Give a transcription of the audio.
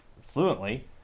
fluently